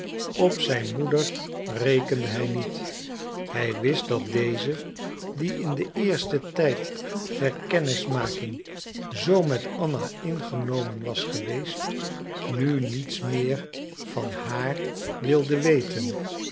op zijn moeder rekende hij niet hij wist dat deze die in den eersten tijd der kennismaking zoo met anna ingenomen was geweest nu niets meer van haar weten